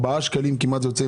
כמעט 4 שקלים עם המע"מ.